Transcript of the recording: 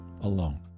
alone